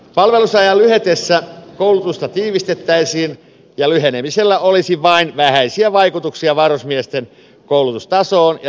palvelusajan lyhetessä koulutusta tiivistettäisiin ja lyhenemisellä olisi vain vähäisiä vaikutuksia varusmiesten koulutustasoon ja joukkojen suorituskykyyn